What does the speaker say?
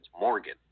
Morgan